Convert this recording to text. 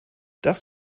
das